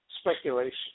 speculation